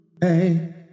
hey